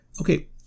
Okay